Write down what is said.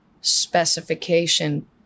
specification